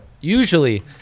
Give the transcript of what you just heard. Usually